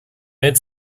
mid